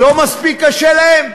לא מספיק קשה להם?